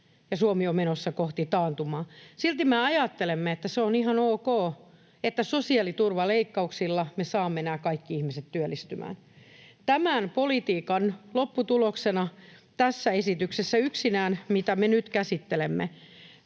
Suomi on menossa kohti taantumaa. Silti me ajattelemme, että se on ihan ok ja että sosiaaliturvaleikkauksilla me saamme nämä kaikki ihmiset työllistymään. Tämän politiikan lopputuloksena yksinään tässä esityksessä, mitä me nyt käsittelemme,